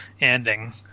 ending